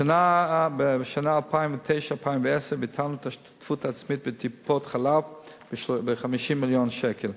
בשנת 2009/10 ביטלנו את ההשתתפות העצמית בטיפות-חלב ב-50 מיליון שקל.